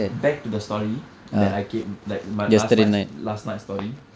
back to the story that I came like my last night last night story